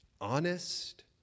honest